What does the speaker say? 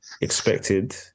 expected